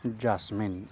jasmine